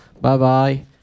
Bye-bye